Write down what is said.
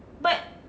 but